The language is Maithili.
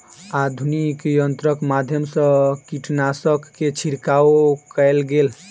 आधुनिक यंत्रक माध्यम सँ कीटनाशक के छिड़काव कएल गेल